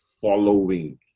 following